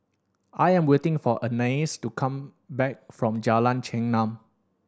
I am waiting for Anais to come back from Jalan Chengam